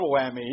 whammy